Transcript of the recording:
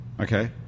Okay